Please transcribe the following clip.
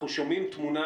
אנחנו רואים עכשיו תמונה,